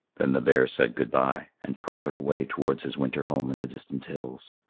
then the bear said good-bye and trotted away towards his winter home in the distant hills,